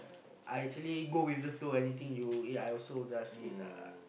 I actually go with the flow anything you eat I also just eat lah